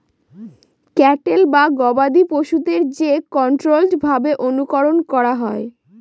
cattle বা গবাদি পশুদের যে কন্ট্রোল্ড ভাবে অনুকরন করা হয়